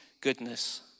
goodness